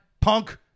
punk